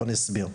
ואני אסביר.